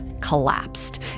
collapsed